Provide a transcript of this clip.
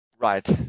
Right